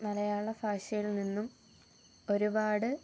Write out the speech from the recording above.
മലയാളഭാഷയിൽ നിന്നും ഒരുപാട്